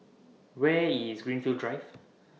Where IS Greenfield Drive